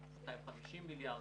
250 מיליארד